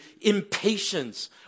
impatience